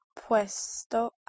puesto